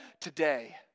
today